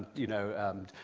you know,